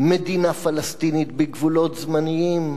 מדינה פלסטינית בגבולות זמניים,